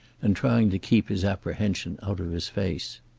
and trying to keep his apprehension out of his face.